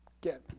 get